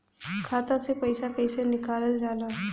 खाता से पैसा कइसे निकालल जाला?